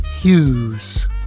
Hughes